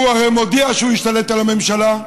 הוא הרי מודיע שהוא ישתלט על הממשלה,